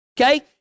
okay